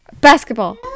Basketball